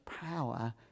power